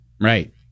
right